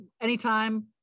Anytime